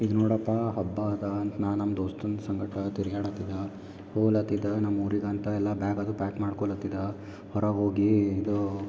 ಈಗ ನೋಡಪ್ಪಾ ಹಬ್ಬಾದ ಅಂತ ನಾ ನಮ್ಮ ದೋಸ್ತುನ ಸಂಗಟ ತೀರ್ಗ್ಯಾಡತಿದ್ದೆ ಹೋಗ್ಲಾತಿದ್ದ ನಮ್ಮ ಊರಿಗಂತ ಎಲ್ಲ ಬ್ಯಾಗ್ ಅದು ಪ್ಯಾಕ್ ಮಾಡ್ಕೊಲತಿದ ಹೊರ ಹೋಗಿ ಇದು